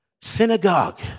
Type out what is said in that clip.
synagogue